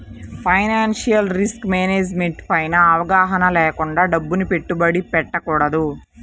financial risk management పైన అవగాహన లేకుండా డబ్బుని పెట్టుబడి పెట్టకూడదు